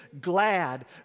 glad